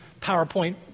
PowerPoint